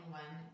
one